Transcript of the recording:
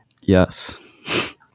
Yes